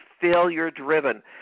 failure-driven